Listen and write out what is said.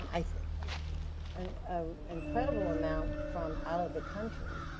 um an ah incredible amount from out of the country.